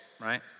right